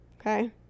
okay